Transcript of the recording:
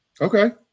Okay